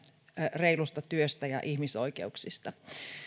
reilusta työstä ja ihmisoikeuksista